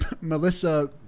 melissa